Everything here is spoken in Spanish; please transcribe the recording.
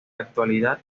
actualidad